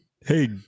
Hey